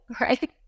right